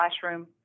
classroom